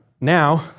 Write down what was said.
Now